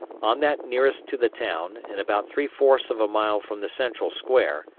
on that nearest to the town, and about three-fourths of a mile from the central square,